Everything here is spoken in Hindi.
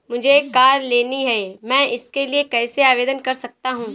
मुझे कार लेनी है मैं इसके लिए कैसे आवेदन कर सकता हूँ?